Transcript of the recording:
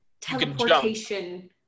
teleportation